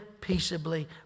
peaceably